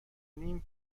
نیم